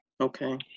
Okay